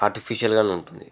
ఆర్టిఫిషియల్గానే ఉంటుంది